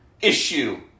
issue